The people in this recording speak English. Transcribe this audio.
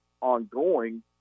ongoing